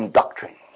doctrine